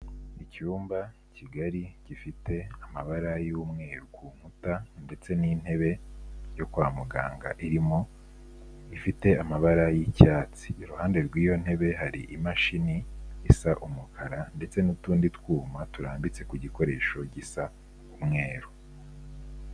Icyumba kigari, gifite amabara y'umweru ku nkuta ndetse n'intebe yo kwa muganga irimo ifite amabara y'icyatsi, iruhande rw'iyo ntebe hari imashini isa umukara ndetse n'utundi twuma turambitse ku gikoresho gisa umweru.